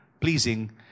pleasing